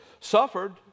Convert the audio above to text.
suffered